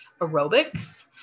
aerobics